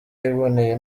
yiboneye